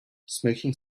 smoking